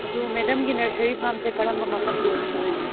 ꯑꯗꯨ ꯃꯦꯗꯥꯝꯒꯤ ꯅꯦꯔꯁꯥꯔꯤ ꯐꯥꯔꯝꯁꯦ ꯀꯔꯝꯕ ꯃꯐꯝꯗ ꯑꯣꯏꯕꯤꯗꯣꯏꯅꯣ